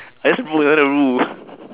I just broke another rule